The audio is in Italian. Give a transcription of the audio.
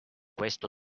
questo